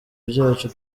byacu